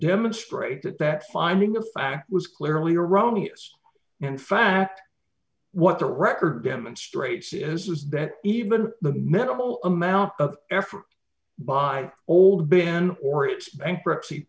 demonstrate that that finding the fact was clearly erroneous in fact what the record demonstrates is that even the minimal amount of effort by old bin or its bankruptcy